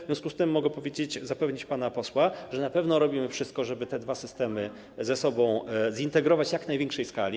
W związku z tym mogę powiedzieć i zapewnić pana posła, że na pewno robimy wszystko, żeby te dwa systemy ze sobą zintegrować w jak największej skali.